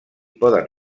poden